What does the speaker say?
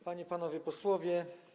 Panie i Panowie Posłowie!